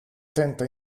tenta